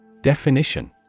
Definition